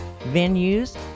venues